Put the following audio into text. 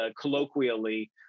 colloquially